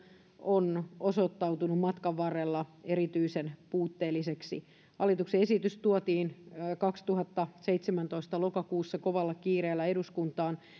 on osoittautunut matkan varrella erityisen puutteelliseksi hallituksen esitys tuotiin kaksituhattaseitsemäntoista lokakuussa kovalla kiireellä eduskuntaan